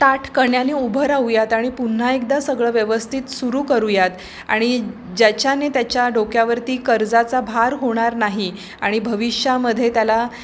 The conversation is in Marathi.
ताठ कण्याने उभं राहूयात आणि पुन्हा एकदा सगळं व्यवस्थित सुरू करूयात आणि ज्याच्याने त्याच्या डोक्यावरती कर्जाचा भार होणार नाही आणि भविष्यामध्ये त्याला